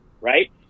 right